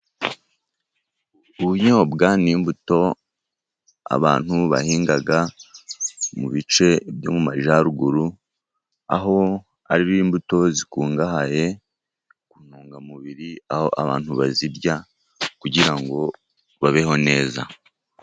Ubunyobwa ni imbuto abantu bahinga mu bice byo mu Majyaruguru, aho ari imbuto zikungahaye ku ntungamubiri, aho abantu bazirya kugira ngo babeho neza.